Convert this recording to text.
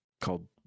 called